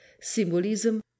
symbolism